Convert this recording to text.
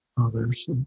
others